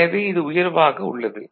எனவே இது உயர்வாக உள்ளது